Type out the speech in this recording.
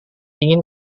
ingin